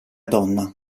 donna